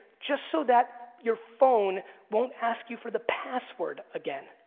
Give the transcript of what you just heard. just so that your phone won't ask you for the password again.